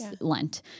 Lent